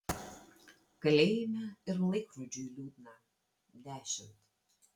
kalėjime ir laikrodžiui liūdna dešimt